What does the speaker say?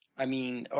i mean ah